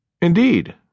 Indeed